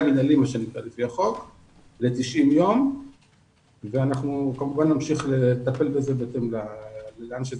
מינהלית על פי החוק ל-90 ימים ואנחנו כמובן נמשיך לטפל בזה בהתאם להתפתחות.